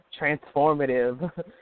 transformative